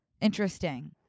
interesting